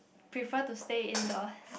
prefer to stay indoors